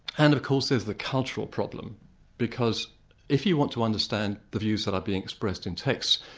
and of course there's the cultural problem because if you want to understand the views that are being expressed in text,